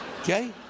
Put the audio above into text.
Okay